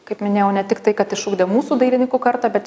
kaip minėjau ne tik tai kad išugdė mūsų dailininkų kartą bet